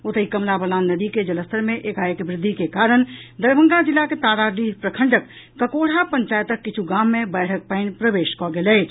ओतहि कमला बलान नदी के जलस्तर मे एकाएक वृद्धि के कारण दरभंगा जिलाक ताराडीह प्रखंडक ककोढ़ा पंचायतक किछू गाम मे बाढ़िक पानि प्रवेश कऽ गेल अछि